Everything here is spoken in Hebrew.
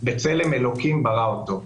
בצלם אלוקים ברא אותו".